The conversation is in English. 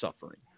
suffering